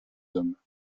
hommes